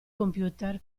computer